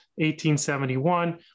1871